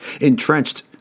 entrenched